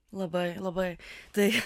labai labai tai